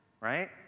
right